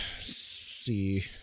see